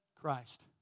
Christ